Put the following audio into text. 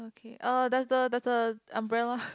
okay uh there's the there's a umbrella